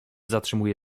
zatrzymuje